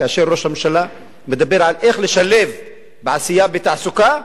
כאשר ראש הממשלה מדבר על איך לשלב תעשייה בתעסוקה,